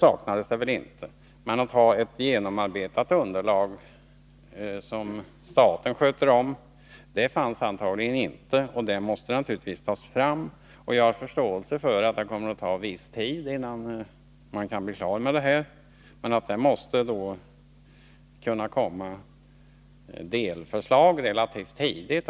Men ett från statens sida genomarbetat underlag fanns antagligen inte, och ett sådant måste naturligtvis tas fram. Jag har förståelse för att det kommer att ta viss tid innan man kan bli klar med det hela, men delförslag om vad som skall göras måste läggas fram relativt snart.